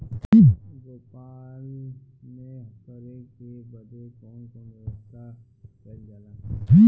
गोपालन करे बदे कवन कवन व्यवस्था कइल जरूरी ह?